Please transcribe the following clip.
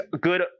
good